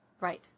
right